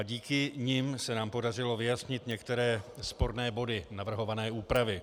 Díky nim se nám podařilo vyjasnit některé sporné body navrhované úpravy.